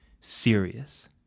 serious